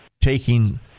taking